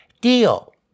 Deal